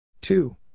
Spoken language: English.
Two